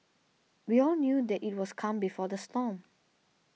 we all knew that it was calm before the storm